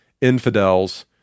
infidels